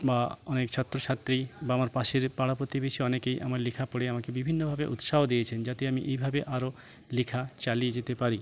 বা অনেক ছাত্র ছাত্রী বা আমার পাশের পাড়া প্রতিবেশী অনেকেই আমার লেখা পড়ে আমাকে বিভিন্নভাবে উৎসাহ দিয়েছেন যাতে আমি এইভাবে আরও লেখা চালিয়ে যেতে পারি